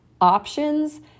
options